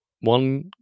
one